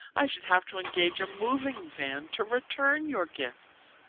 i should have to engage a moving-van to return your gifts.